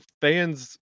fans